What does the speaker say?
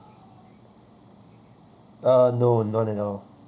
uh no none at all